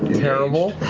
terrible.